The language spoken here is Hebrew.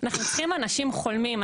אנחנו צריכים אנשים חולמים,